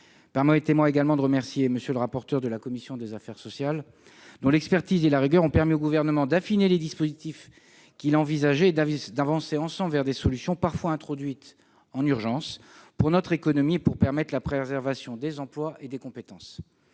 Permettez-moi de remercier également M. le rapporteur pour avis de la commission des affaires sociales, dont l'expertise et la rigueur ont permis au Gouvernement d'affiner les dispositifs qu'il envisageait. Nous avons avancé ensemble vers des solutions, parfois introduites en urgence, pour notre économie et pour la préservation des emplois et des compétences.